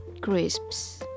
crisps